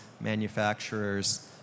manufacturers